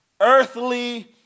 earthly